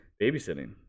babysitting